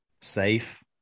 safe